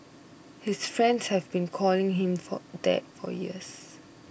his friends have been calling him for that for years